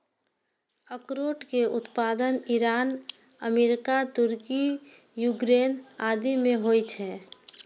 अखरोट के उत्पादन ईरान, अमेरिका, तुर्की, यूक्रेन आदि मे होइ छै